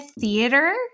theater